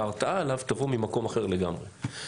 וההרתעה עליו תבוא ממקום אחר לגמרי.